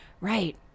right